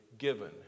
given